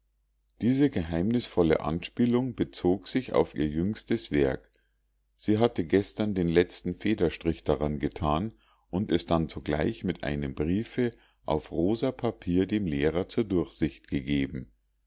diese geheimnisvolle anspielung bezog sich auf ihr jüngstes werk sie hatte gestern den letzten federstrich daran gethan und es dann sogleich mit einem briefe auf rosa papier dem lehrer zur durchsicht gegeben